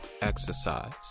exercise